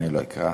אני לא אקרא.